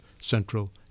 Central